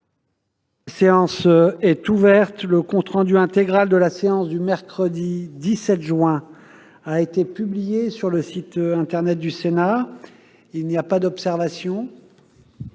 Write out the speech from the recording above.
La séance est ouverte. Le compte rendu intégral de la séance du mercredi 17 juin a été publié sur le site internet du Sénat. Il n'y a pas d'observation ?